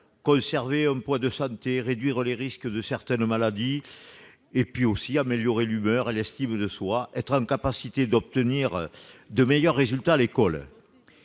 conserver un poids de santé, de réduire les risques de certaines maladies, mais aussi d'améliorer l'humeur et l'estime de soi, d'être en capacité d'obtenir de meilleurs résultats à l'école.